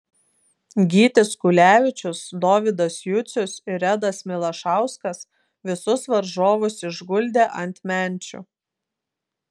gytis kulevičius dovydas jucius ir redas milašauskas visus varžovus išguldė ant menčių